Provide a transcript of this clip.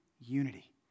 unity